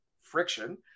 friction